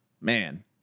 man